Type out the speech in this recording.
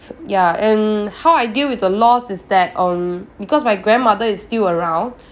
ya and how I deal with the loss is that um because my grandmother is still around